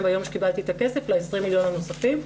והיום שקיבלתי את הכסף ל-20 מיליון הנוספים,